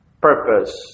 purpose